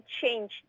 change